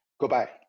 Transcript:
Goodbye